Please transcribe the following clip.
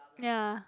ya